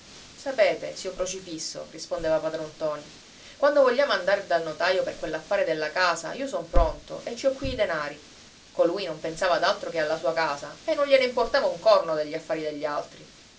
sapete zio crocifisso rispondeva padron ntoni quando vogliamo andare dal notaio per quell'affare della casa io son pronto e ci ho qui i denari colui non pensava ad altro che alla sua casa e non gliene importava un corno degli affari degli altri